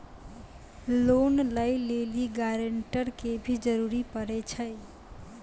Loan लै लेली guarantor के भी जरूरी पड़ै छै?